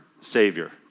Savior